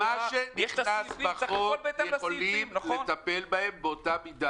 צריך לפעול בהתאם לסעיפים.